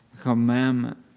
commandment